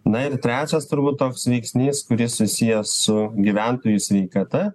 na ir trečias turbūt toks veiksnys kuris susijęs su gyventojų sveikata